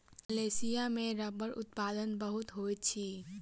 Malaysia में रबड़ उत्पादन बहुत होइत अछि